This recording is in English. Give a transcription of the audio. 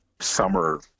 summer